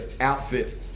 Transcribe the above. outfit